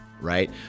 right